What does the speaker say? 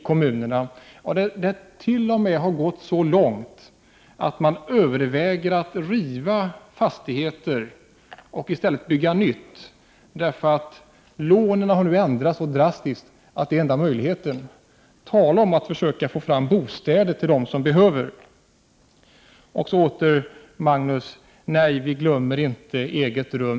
Det har t.o.m. gått så långt att man överväger att riva fastigheter och i stället bygga nytt, därför att lånen har ändrats så drastiskt att detta är den enda möjligheten. Så talas det om att försöka få fram bostäder till dem som behöver sådana! Åter till Magnus Persson: Nej, folkpartiet glömmer inte frågan om eget rum.